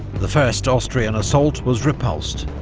the first austrian assault was repulsed.